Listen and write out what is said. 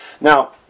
Now